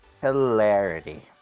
hilarity